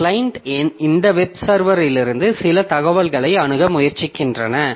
இந்த கிளையன்ட் இந்த வெப் சர்வரிலிருந்து சில தகவல்களை அணுக முயற்சிக்கின்றன